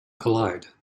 collide